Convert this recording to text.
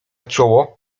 czoło